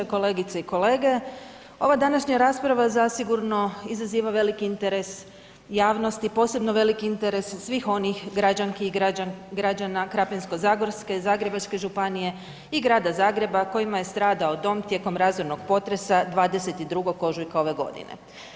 Kolegice i kolege ova današnja rasprava zasigurno izaziva veliki interes javnosti, posebno veliki interes svih onih građanki i građana Krapinso-zagorske, Zagrebačke županije i Grada Zagreba kojima je stradao dom tijekom razornog potresa 22. ožujka ove godine.